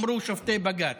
כך אמרו שופטי בג"ץ.